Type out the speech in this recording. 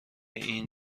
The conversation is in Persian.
این